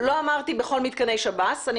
אני לא אמרתי בכל מתקני שב"ס.